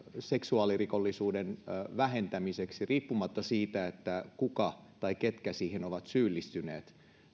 seksuaalirikollisuuden vähentämisestä riippumatta siitä kuka tai ketkä siihen ovat syyllistyneet